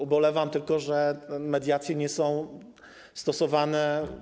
Ubolewam tylko, że mediacje nie są stosowane.